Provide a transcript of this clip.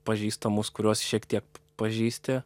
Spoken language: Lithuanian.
pažįstamus kuriuos šiek tiek pažįsti